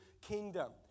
kingdom